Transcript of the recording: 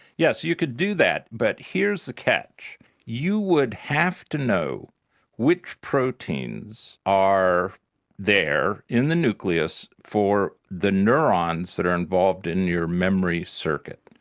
you could do that, but here's the catch you would have to know which proteins are there in the nucleus for the neurons that are involved in your memory circuit.